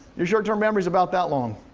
your short-term memory is about that long.